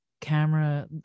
camera